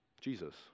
Jesus